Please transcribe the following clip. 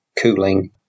cooling